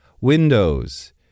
Windows